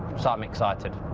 so i'm excited.